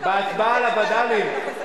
בהצבעה על הווד"לים,